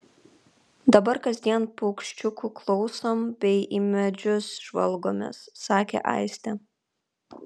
dabar kasdien paukščiukų klausom bei į medžius žvalgomės sakė aistė